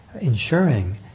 ensuring